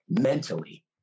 mentally